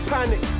Panic